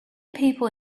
people